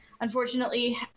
Unfortunately